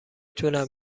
تونم